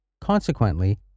Consequently